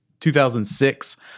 2006